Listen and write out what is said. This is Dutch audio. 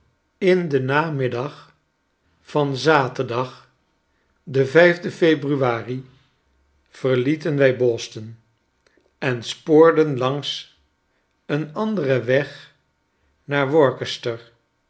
in den namiddag van zaterdag den vijfden februari verlieten wij boston en spoorden langs een anderen wegnaar worcester